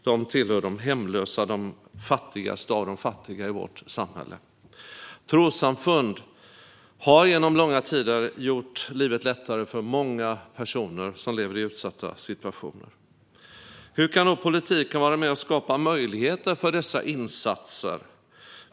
De tillhör de hemlösa - de fattigaste av de fattiga i vårt samhälle. Trossamfund har genom långa tider gjort livet lättare för många personer som lever i utsatta situationer. Hur kan då politiken vara med och skapa möjligheter för dessa insatser?